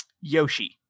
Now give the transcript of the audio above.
yoshi